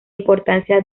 importancia